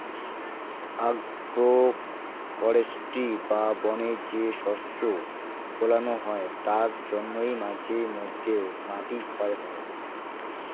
agro forestry বা বনে যে শস্য ফোলানো হয় তার জন্যে মাঝে মধ্যে মাটি ক্ষয় হয়